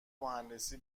مهندسی